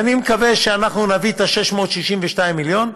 ואני מקווה שאנחנו נביא את ה-662 מיליון,